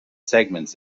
segments